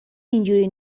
اینجوری